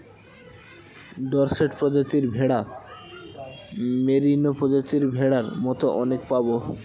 Dorset প্রজাতির ভেড়া, merino প্রজাতির ভেড়ার মতো অনেক পাবো